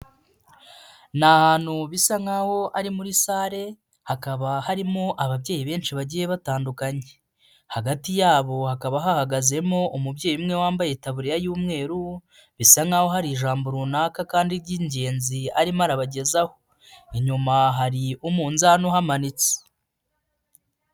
Ni ahantu bisa nk'aho ari muri sale hakaba harimo ababyeyi benshi bagiye batandukanye, hagati yabo hakaba hahagazemo umubyeyi umwe wambaye itabuririya y'umweru bisa nk'aho hari ijambo runaka kandi ry'ingenzi arimo arabagezaho, inyuma hari umunzanu uhamanitse.